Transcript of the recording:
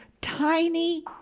tiny